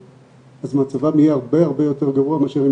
אז מצבם יהיה הרבה הרבה יותר גרוע מאשר אם